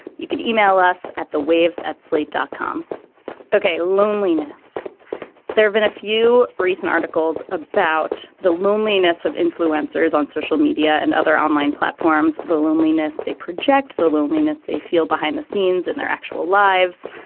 you can email us at the waves at slate dot com ok. loneliness there have been a few recent articles about the loneliness of influencers on social media and other online platforms. the loneliness they project the loneliness they feel behind the scenes and their actual lives.